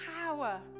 power